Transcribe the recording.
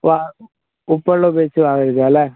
വായ ഉപ്പുവെള്ളം ഉപയോഗിച്ച് വായ കഴുകുക അല്ലേ